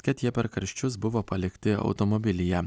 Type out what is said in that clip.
kad jie per karščius buvo palikti automobilyje